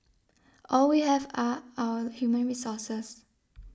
all we have are our human resources